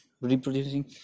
reproducing